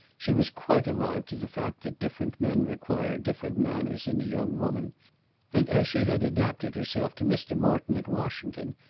she was quite alive to the fact that different men require different manners in a young woman and as she had adapted herself to mr. morton at washington,